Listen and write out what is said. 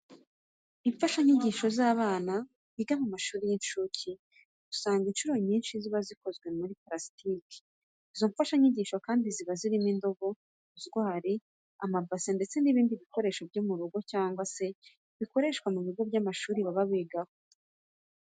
Imfashanyigisho z'abana biga mu mashuri y'incuke, usanga incuro nyinshi ziba zikozwe muri parasitike. Izo mfashanyigisho kandi ziba zirimo indobo, rozwari, amabase ndetse n'ibindi bikoresho byo mu rugo cyangwa se bikoreshwa ku bigo by'amashuri baba bigaho.